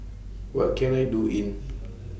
What Can I Do in